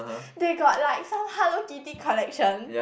they got like some Hello Kitty collection